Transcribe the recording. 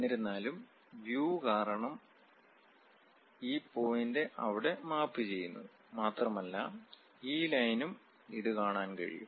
എന്നിരുന്നാലും വ്യൂ കാരണം ഈ പോയിന്റ് അവിടെ മാപ്പു ചെയ്യുന്നു മാത്രമല്ല ഈ ലൈനും ഇതും കാണാൻ കഴിയും